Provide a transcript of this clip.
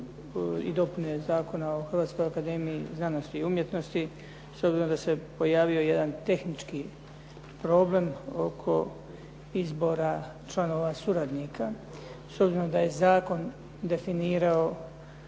i dopune Zakona o Hrvatskoj akademiji znanosti i umjetnosti. S obzirom da se pojavio jedan tehnički problem oko izbora članova suradnika. S obzirom da je zakon definirao